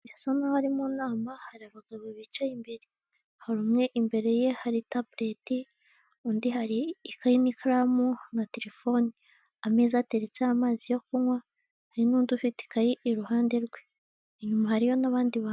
Birasa nk'aho ari mu nama, hari abagabo bicaye imbere. Hari umwe, imbere ye hari tabureti undi hari ikayi n'ikaramu na telefoni. Ameza ateretseho amazi yo kunywa, hari n'undi ufite ikayi iruhande rwe. Inyuma hariyo n'abandi bantu.